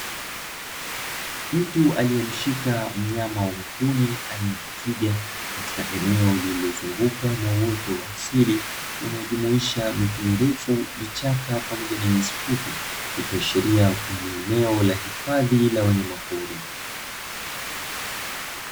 Mtu aliyemshika mnyama wa mwituni aina ya twiga, katika eneo lililozungukwa na uoto wa asili unaojumuisha miti mirefu, vichaka, pamoja na nyasi fupi, ikiashiria kuwa ni eneo la hifadhi ya wanyama pori.